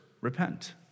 repent